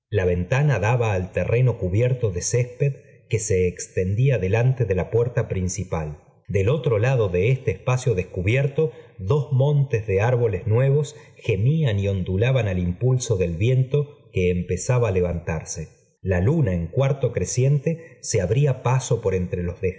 la ventana daba al terreno cubierto de césped que se extendía delante de la puerta principal del otro lado de este espacio descubierto dos montes de árboles nuevos gemían y ondulaban al impulso del viento que empezaba á levantarse la luna en cuarto creciente se abría paso por entre los